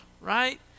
right